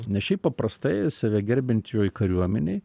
nes šiaip paprastai save gerbiančioj kariuomenėj